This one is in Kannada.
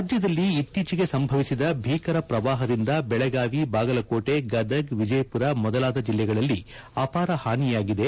ರಾಜ್ಯದಲ್ಲಿ ಇತ್ತೀಚಿಗೆ ಸಂಭವಿಸಿದ ಭೀಕರ ಪ್ರವಾಹದಿಂದ ಬೆಳಗಾವಿ ಬಾಗಲಕೋಟೆ ಗದಗ್ ವಿಜಯಪುರ ಮೊದಲಾದ ಜಿಲ್ಲೆಗಳಲ್ಲಿ ಅಪಾರ ಹಾನಿಯಾಗಿದೆ